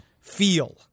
feel